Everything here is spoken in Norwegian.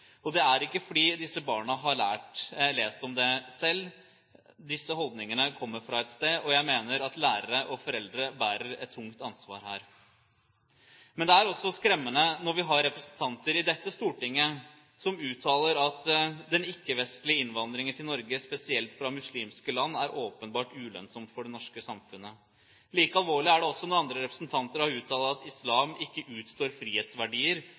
og det er ikke fordi disse barna har lest om det selv. Disse holdningene kommer fra et sted, og jeg mener at lærere og foreldre bærer et tungt ansvar her. Men det er også skremmende når vi har representanter i dette storting som uttaler: «Den ikke-vestlige innvandringen til Norge, spesielt fra muslimske land, er helt åpenbart ulønnsomt for det norske samfunnet.» Like alvorlig er det når andre representanter har uttalt at «islam ikke utstår frihetsverdier»